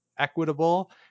Equitable